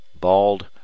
Bald